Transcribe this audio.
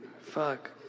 Fuck